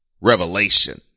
Revelation